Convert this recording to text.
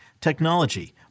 technology